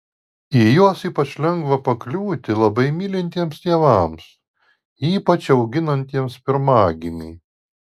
į juos ypač lengva pakliūti labai mylintiems tėvams ypač auginantiems pirmagimį